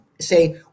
say